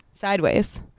Sideways